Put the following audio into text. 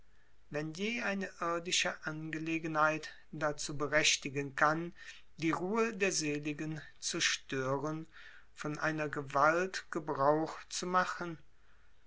wenn je eine irdische angelegenheit dazu berechtigen kann die ruhe der seligen zu stören von einer gewalt gebrauch zu machen